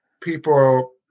people